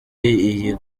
iyi